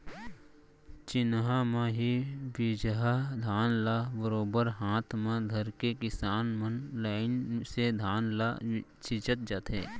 चिन्हा म ही बीजहा धान ल बरोबर हाथ म धरके किसान मन लाइन से धान ल छींचत जाथें